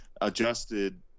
adjusted